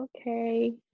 Okay